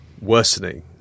worsening